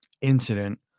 incident